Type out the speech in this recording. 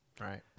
Right